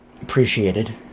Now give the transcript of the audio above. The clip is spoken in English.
appreciated